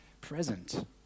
present